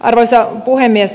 arvoisa puhemies